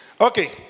Okay